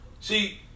See